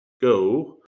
Go